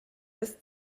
ist